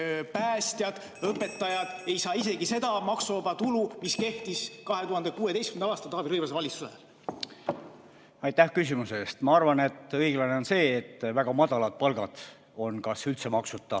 päästjad ja õpetajad ei saa isegi seda maksuvaba tulu, mis kehtis 2016. aastal, Taavi Rõivase valitsuse ajal. Aitäh küsimuse eest! Ma arvan, et õiglane on see, et väga madalad palgad on kas üldse maksuta